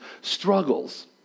struggles